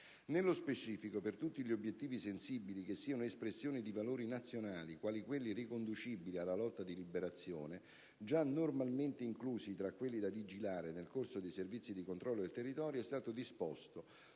Nello specifico, per tutti gli obiettivi sensibili che siano espressione di valori nazionali - quali quelli riconducibili alla lotta di Liberazione - già normalmente inclusi tra quelli da vigilare nel corso dei servizi di controllo del territorio, è stato disposto,